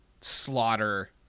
slaughter